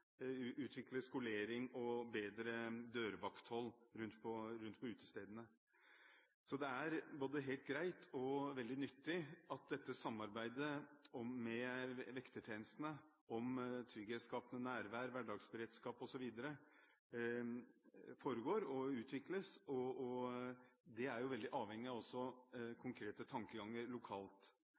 utvikle skolering og bedre dørvakthold rundt på utestedene. Så det er både helt greit og veldig nyttig at dette samarbeidet med vektertjenestene om trygghetsskapende nærvær, hverdagsberedskap osv. foregår og utvikles. Det er jo også veldig avhengig av konkrete tankeganger lokalt.